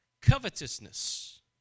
Covetousness